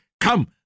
come